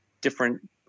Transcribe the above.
different